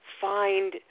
find